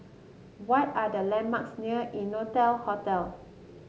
what are the landmarks near Innotel Hotel